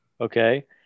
Okay